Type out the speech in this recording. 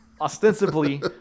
Ostensibly